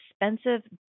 expensive